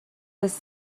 was